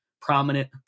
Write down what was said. prominent